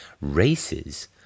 races